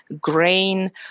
grain